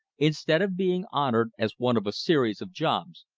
instead of being honored as one of a series of jobs,